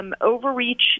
Overreach